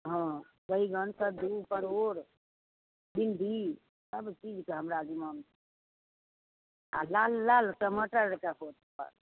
हँ बैगन कद्दू परोर भिंडी सबचीजके हमरा आ लाल लाल टमाटर